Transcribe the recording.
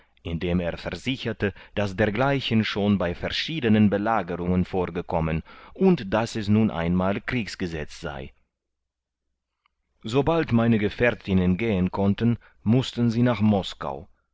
indem er versicherte daß dergleichen schon bei verschiedenen belagerungen vorgekommen und daß es nun einmal kriegsgesetz sei sobald meine gefährtinnen gehen konnten mußten sie nach moskau